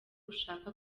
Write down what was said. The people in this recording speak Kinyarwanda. ushaka